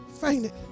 fainted